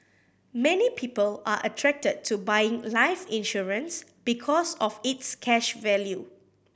many people are attracted to buying life insurance because of its cash value